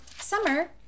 summer